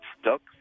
stuck